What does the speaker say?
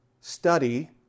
study